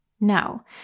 No